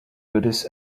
goodies